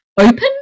open